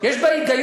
יש בה היגיון.